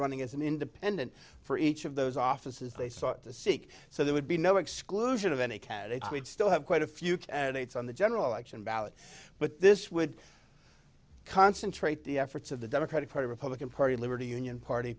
running as an independent for each of those offices they sought to seek so there would be no exclusion of any cat it would still have quite a few dates on the general election ballot but this would concentrate the efforts of the democratic party republican party liberty union party